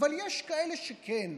אבל יש כאלה שכן,